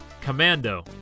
Commando